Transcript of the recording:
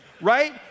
right